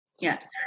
yes